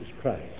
Christ